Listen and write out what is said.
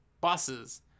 buses